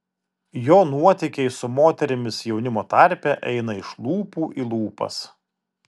jo nuotykiai su moterimis jaunimo tarpe eina iš lūpų į lūpas